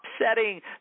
upsetting